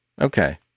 okay